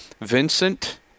Vincent